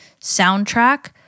soundtrack